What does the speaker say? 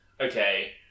okay